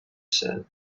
said